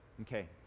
Okay